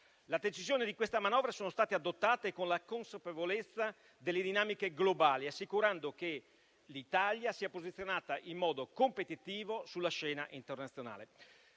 Le decisioni di questa manovra sono state adottate con la consapevolezza delle dinamiche globali, assicurando che l'Italia sia posizionata in modo competitivo sulla scena internazionale.